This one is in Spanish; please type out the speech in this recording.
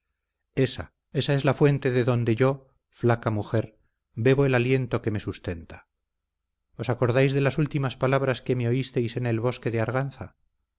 esa esa es la fuente de donde yo flaca mujer bebo el aliento que me sustenta os acordáis de las últimas palabras que me oísteis en el bosque de arganza